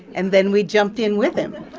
and then we jumped in with him.